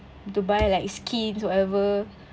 to buy like skins whatever